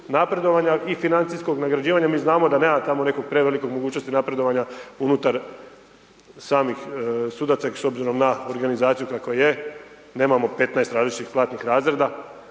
i financijskog nagrađivanja. Mi znamo da nema tamo neke prevelike mogućnosti napredovanja unutar samih sudaca i s obzirom na organizaciju kakva je. Nemamo 15 različitih platnih razreda